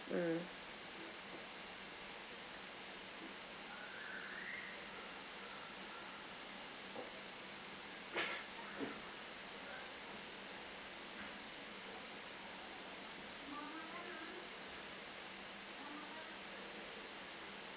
mm